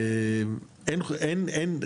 אין,